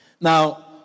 Now